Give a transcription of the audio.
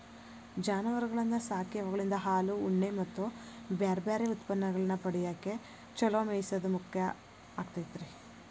ಜಾನುವಾರಗಳನ್ನ ಸಾಕಿ ಅವುಗಳಿಂದ ಹಾಲು, ಉಣ್ಣೆ ಮತ್ತ್ ಬ್ಯಾರ್ಬ್ಯಾರೇ ಉತ್ಪನ್ನಗಳನ್ನ ಪಡ್ಯಾಕ ಚೊಲೋ ಮೇಯಿಸೋದು ಮುಖ್ಯ ಆಗಿರ್ತೇತಿ